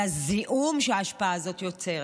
על הזיהום שהאשפה הזאת יוצרת.